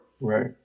Right